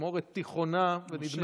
אשמורת תיכונה, נושקת לשלישית.